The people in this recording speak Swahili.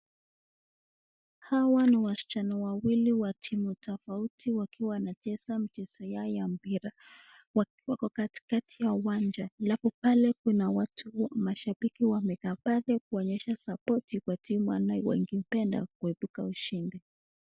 Hawa ni wasichana wawili wa timu tofauti wakiwa wanacheza mchezo yao ya mpira. Wakiwa katikati ya uwanja. Halafu pale kuna watu, mashabiki wamekaa pale kuonyesha sapoti kwa timu ambayo wangependa kuepuka ushindi.